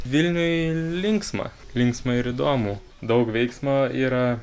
vilniuj linksma linksma ir įdomu daug veiksmo yra